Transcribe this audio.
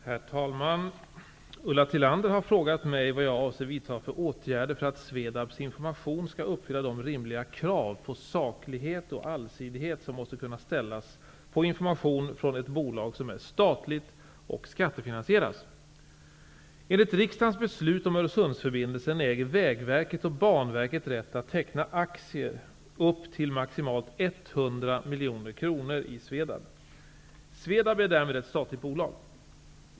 Herr talman! Ulla Tillander har frågat mig vilka åtgärder jag avser vidta för att Svedabs information skall uppfylla de rimliga krav på saklighet och allsidighet som måste kunna ställas på information från ett bolag som är statligt och skattefinansieras. Svedab är därmed ett statligt bolag.